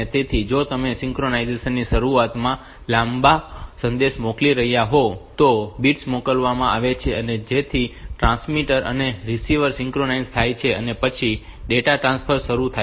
તેથી જો તમે સિંક્રનાઇઝેશન ની શરૂઆતમાં લાંબો સંદેશ મોકલી રહ્યા હોવ તો બિટ્સ મોકલવામાં આવે છે જેથી ટ્રાન્સમીટર અને રીસીવર સિંક્રનાઇઝ થાય છે અને પછી ડેટા ટ્રાન્સફર શરૂ થાય છે